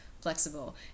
flexible